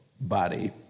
body